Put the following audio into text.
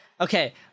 Okay